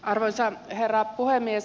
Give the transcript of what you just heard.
arvoisa herra puhemies